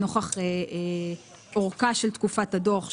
נוכח ארכה של תקופת הדוח,